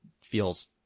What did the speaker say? feels